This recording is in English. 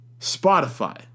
spotify